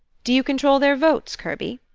do you control their votes, kirby?